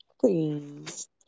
please